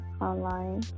online